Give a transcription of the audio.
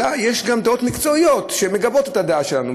אלא יש גם דעות מקצועיות שמגבות את הדעה שלנו,